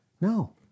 No